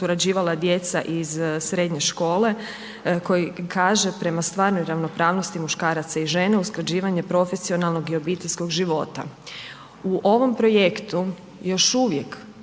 surađivala djeca iz srednje škole koji kaže prema stvarnoj ravnopravnosti muškaraca i žena, usklađivanje profesionalnog i obiteljskog života. U ovom projektu još uvijek